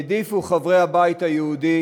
העדיפו חברי הבית היהודי